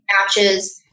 matches